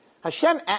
Hashem